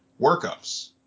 workups